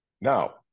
Now